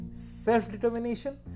self-determination